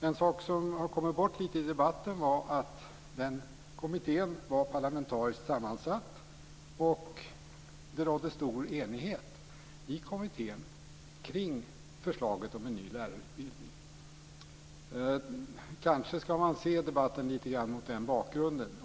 En sak som har kommit bort lite i debatten var att kommittén var parlamentariskt sammansatt, och det rådde stor enighet i kommittén kring förslaget om en ny lärarutbildning. Kanske ska man se debatten lite grann mot den bakgrunden.